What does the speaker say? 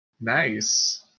nice